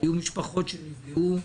היו משפחות שנפגעו.